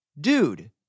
dude